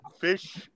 fish